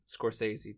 scorsese